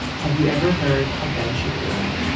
have you ever heard of ben shapiro,